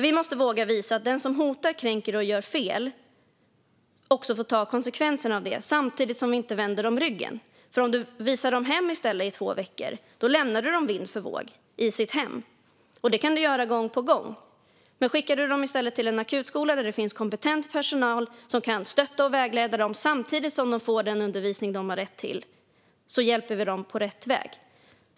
Vi måste våga visa att den som hotar, kränker och gör fel också får ta konsekvenserna av det samtidigt som vi inte vänder dem ryggen. Skickar vi i stället hem dem i två veckor lämnar vi dem vind för våg i hemmet, och det kan vi göra gång på gång. Skickar vi dem i stället till en akutskola där det finns kompetent personal som kan stötta och vägleda dem samtidigt som de får den undervisning de har rätt till hjälper vi dem på rätt väg.